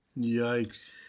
Yikes